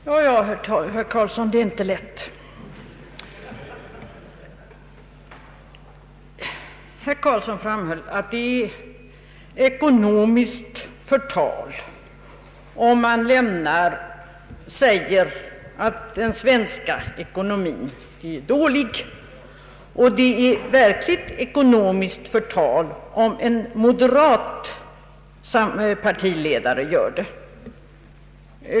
Herr talman! Ja, herr Karlsson, det är inte lätt. Herr Karlsson framhöll att det är ekonomiskt förtal om man säger att den svenska ekonomin är dålig, och att det är verkligt ekonomiskt förtal om en moderat partiledare gör det.